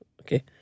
Okay